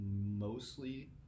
mostly